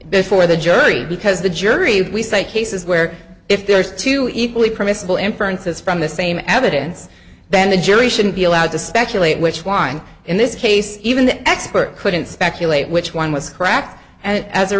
before the jury because the jury we say cases where if there are two equally permissible inferences from the same evidence then the jury shouldn't be allowed to speculate which wine in this case even the expert couldn't speculate which one was cracked and as a